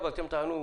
אבל אתם תענו.